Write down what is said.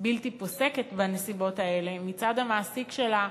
בלתי פוסקת בנסיבות האלה, מצד המעסיק שלה,